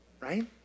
right